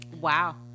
wow